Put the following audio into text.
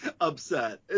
upset